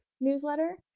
newsletter